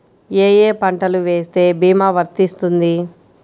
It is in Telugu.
ఏ ఏ పంటలు వేస్తే భీమా వర్తిస్తుంది?